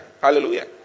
Hallelujah